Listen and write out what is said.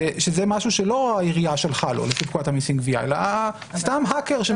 זה משהו שלא העירייה שלחה לו לפי פקודת המסים (גבייה) אלא סתם האקר.